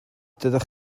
dydych